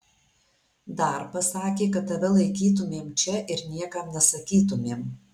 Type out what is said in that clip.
dar pasakė kad tave laikytumėm čia ir niekam nesakytumėm